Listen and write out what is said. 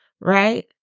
right